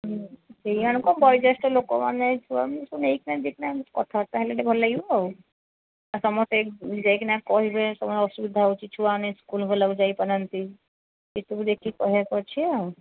ହୁଁ ସେଇ ମାନଙ୍କ ବୈଜେଷ୍ଠ ଲୋକମାନଙ୍କ ଛୁଆକୁ ସବୁ ନେଇକିନା କଥାବାର୍ତ୍ତା ହେଲେ ଟିକେ ଭଲ ଲାଗିବ ଆଉ ସମସ୍ତେ ଯାଇକିନା କହିବେ ନା ଅସୁବିଧା ହେଉଛି ଛୁଆମାନେ ସ୍କୁଲ ଭଲଭାବରେ ଯାଇପାରୁନାହାନ୍ତି ଏସୁବୁ ଦେଖିକି କହିବାକୁ ଅଛି ଆଉ